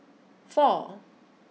four